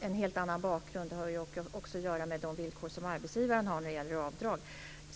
en helt annan bakgrund. Det har också att göra med de villkor som arbetsgivaren har när det gäller avdrag.